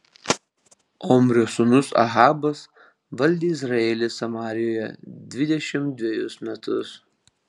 omrio sūnus ahabas valdė izraelį samarijoje dvidešimt dvejus metus